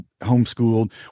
homeschooled